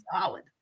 solid